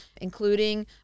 including